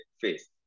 face